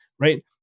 right